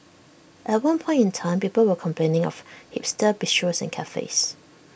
at one point in time people were complaining of hipster bistros and cafes